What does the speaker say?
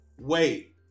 Wait